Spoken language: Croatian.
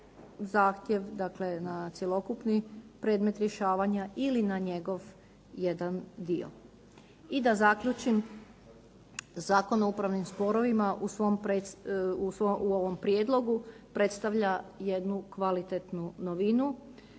zahtjev, dakle na cjelokupni predmet rješavanja ili na njegov jedan dio. I da zaključim, Zakon o upravnim sporovima u ovom prijedlogu predstavlja jednu kvalitetnu novinu,